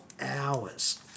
hours